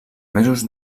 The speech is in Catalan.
mesos